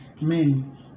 men